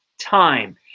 time